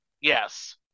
yes